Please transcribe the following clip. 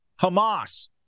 Hamas